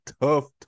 tough